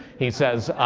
he says,